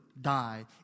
die